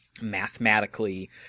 mathematically